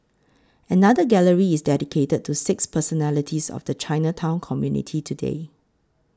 another gallery is dedicated to six personalities of the Chinatown community today